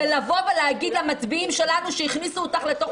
ולבוא ולהגיד למצביעים שלנו שהכניסו אותך לתוך